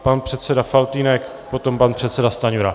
Pan předseda Faltýnek, potom pan předseda Stanjura.